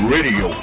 Radio